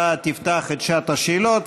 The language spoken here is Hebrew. אתה תפתח את שעת השאלות,